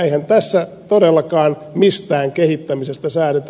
eihän tässä todellakaan mistään kehittämisestä säädetä